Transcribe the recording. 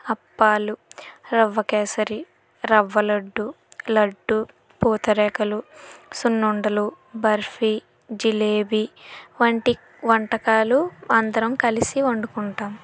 అప్పాలు రవ్వ కేసరి రవ్వ లడ్డు లడ్డు పూతరేకులు సున్నుండలు బర్ఫీ జిలేబి వంటి వంటకాలు అందరం కలిసి వండుకుంటాం